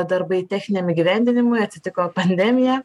darbai techniniam įgyvendinimui atsitiko pandemija